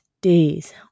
days